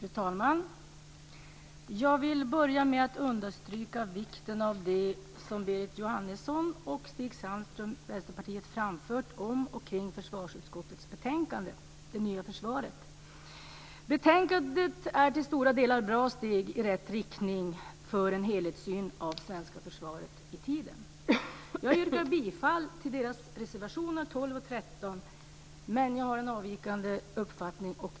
Fru talman! Jag vill börja med att understryka vikten av det som Berit Jóhannesson och Stig Sandström från Vänsterpartiet framfört om och kring försvarsutskottets betänkande Det nya försvaret. Betänkandet är till stora delar bra steg i rätt riktning för en helhetssyn på det svenska försvaret i tiden. Jag yrkar bifall till reservationerna nr 12 och 13, men jag har en avvikande uppfattning.